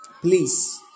Please